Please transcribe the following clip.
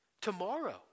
Tomorrow